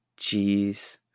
Jeez